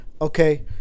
Okay